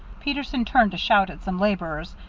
peterson turned to shout at some laborers,